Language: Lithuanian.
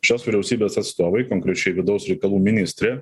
šios vyriausybės atstovai konkrečiai vidaus reikalų ministrė